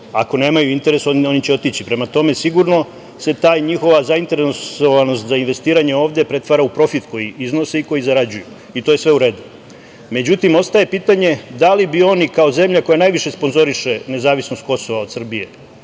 ako nemaju interes oni će otići. Prema tome, sigurno se ta njihova zainteresovanost za investiranje ovde pretvara u profit koji iznose i koji zarađuju. I to je sve u redu.Međutim, ostaje pitanje – da li bi oni kao zemlja koja najviše sponzoriše nezavisnost Kosova od Srbije,